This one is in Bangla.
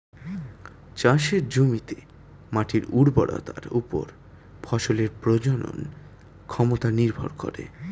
চাষের জমিতে মাটির উর্বরতার উপর ফসলের প্রজনন ক্ষমতা নির্ভর করে